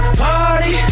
party